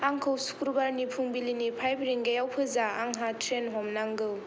आंखौ सुक्रुबारनि फुंबिलिनि फाइभ रिंगायाव फोजा आंहा ट्रेन हमनांगौ